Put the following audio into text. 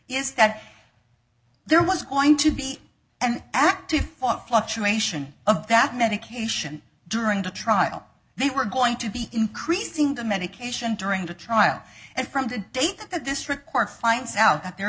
is that there was going to be an active form of fluctuation of that medication during the trial they were going to be increasing the medication during the trial and from the date that this report finds out that there